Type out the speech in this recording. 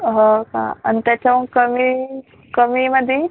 हो का अन् त्याच्याहून कमी कमीमध्ये